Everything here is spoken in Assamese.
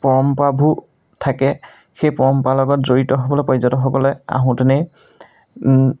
পৰম্পৰাবোৰ থাকে সেই পৰম্পৰা লগত জড়িত হ'বলৈ পৰ্যটকসকলে আহোঁতেনেই